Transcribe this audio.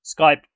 Skype